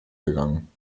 gegangen